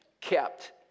kept